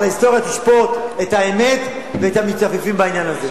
אבל ההיסטוריה תשפוט את האמת ואת המתייפייפים בעניין הזה.